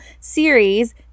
series